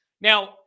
Now